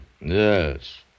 Yes